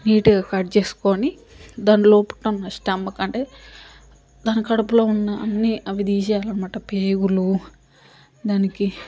నీట్గా కట్ చేసుకోని దాని లోపల ఉన్న స్టమక్ అంటే దాని కడుపులో ఉన్న అన్నీ అవి తీసేయాలి అనమాట పేగులు దానికి